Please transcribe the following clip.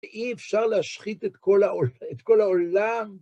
אי אפשר להשחית את כל העולם.